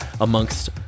amongst